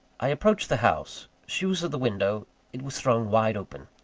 i approached the house. she was at the window it was thrown wide open.